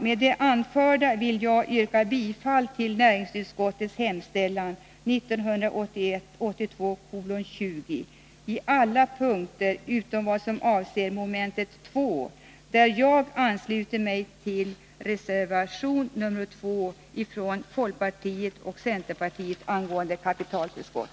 Med det anförda vill jag yrka bifall till näringsutskottets hemställan i betänkande 1981/82:20 på alla punkter, utom vad avser mom. 2, där jag ansluter mig till reservation nr 2 från folkpartiet och centerpartiet angående kapitaltillskott.